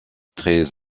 très